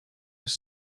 was